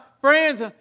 friends